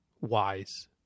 wise